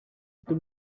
itu